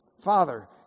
Father